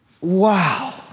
wow